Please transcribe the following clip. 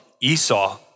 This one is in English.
Esau